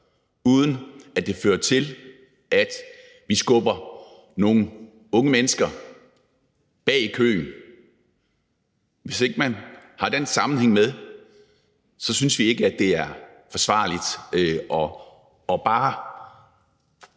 uden at det fører til, at vi skubber nogen unge mennesker bag i køen. Hvis ikke man har den sammenhæng med, synes vi ikke, det er forsvarligt bare